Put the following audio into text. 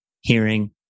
hearing